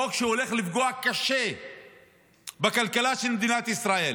חוק שהולך לפגוע קשה בכלכלה של מדינת ישראל,